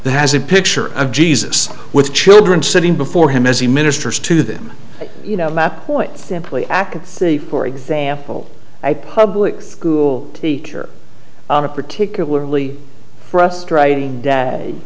that has a picture of jesus with children sitting before him as he ministers to them you know that point simply act the for example by public school teacher a particularly frustrating